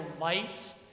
light